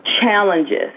challenges